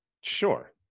Sure